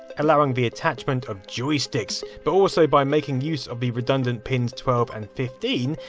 allowing the attachment of joysticks, but also by making use of the redundant pins twelve and fifteen,